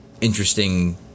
interesting